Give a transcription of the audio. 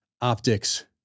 optics